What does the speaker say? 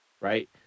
right